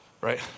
right